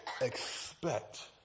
Expect